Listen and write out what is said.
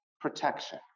protection